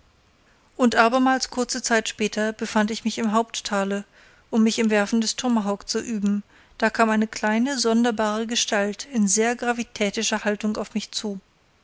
und abermals kurze zeit später befand ich mich im haupttale um mich im werfen des tomahawk zu üben da kam eine kleine sonderbare gestalt in sehr gravitätischer haltung auf mich zu